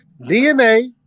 DNA